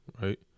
right